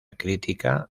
crítica